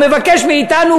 הוא מבקש מאתנו,